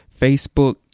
Facebook